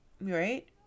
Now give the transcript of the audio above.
right